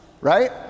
right